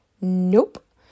nope